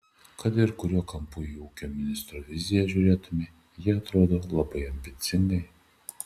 kad ir kuriuo kampu į ūkio ministro viziją žiūrėtumei ji atrodo labai ambicinga